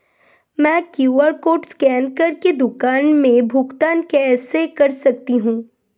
मैं QR code scan कर के दुकान में भुगतान कैसे कर सकती हूँ?